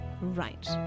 right